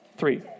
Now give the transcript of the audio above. Three